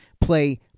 play